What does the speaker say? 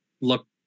look